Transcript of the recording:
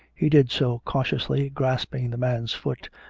he did so cautiously, grasping the man's foot,